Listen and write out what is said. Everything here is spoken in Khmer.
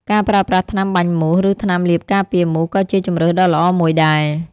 ការប្រើប្រាស់ថ្នាំបាញ់មូស ឬថ្នាំលាបការពារមូសក៏ជាជម្រើសដ៏ល្អមួយដែរ។